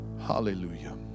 hallelujah